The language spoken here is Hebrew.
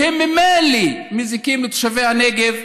שהם ממילא מזיקים לתושבי הנגב.